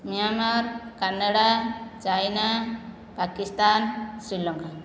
Myanmar Canada China Pakistan Sri Lanka